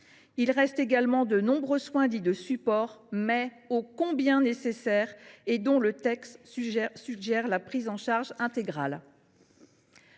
Il reste également les nombreux soins dits de support, mais ô combien nécessaires, et dont le texte suggère la prise en charge intégrale.